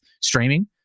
streaming